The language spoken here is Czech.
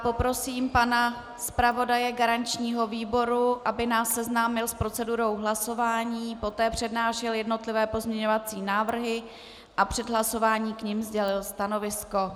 Poprosím pana zpravodaje garančního výboru, aby nás seznámil s procedurou hlasování, poté přednášel jednotlivé pozměňovací návrhy a před hlasováním k nim zaujal stanovisko.